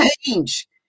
change